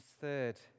third